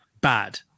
bad